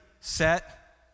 set